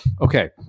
Okay